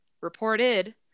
reported